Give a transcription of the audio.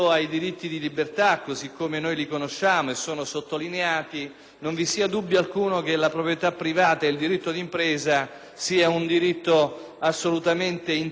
non vi sia dubbio alcuno che la proprietà privata ed il diritto di impresa siano assolutamente intangibili e connessi alla libertà personale.